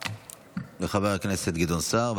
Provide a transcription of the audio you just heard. רבה לחבר הכנסת גדעון סער.